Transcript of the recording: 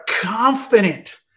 confident